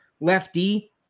lefty